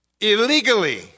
illegally